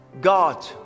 God